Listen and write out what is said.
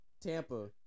Tampa